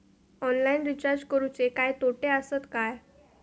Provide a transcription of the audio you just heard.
Online recharge करुचे काय तोटे आसत काय?